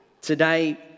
Today